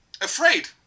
afraid